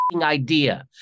Idea